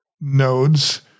nodes